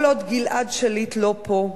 כל עוד גלעד שליט לא פה,